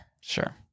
Sure